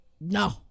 No